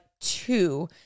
two